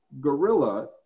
gorilla